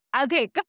okay